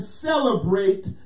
celebrate